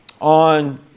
on